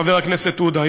חבר הכנסת עודה,